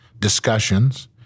discussions